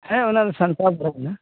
ᱦᱮᱸ ᱚᱱᱟ ᱫᱚ ᱥᱟᱱᱛᱟᱞ ᱯᱟᱲᱟ ᱠᱟᱱᱟ